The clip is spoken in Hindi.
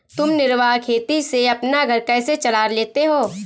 तुम निर्वाह खेती से अपना घर कैसे चला लेते हो?